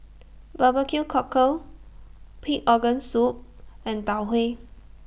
Barbecue Cockle Pig Organ Soup and Tau Huay